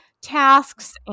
tasks